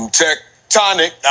tectonic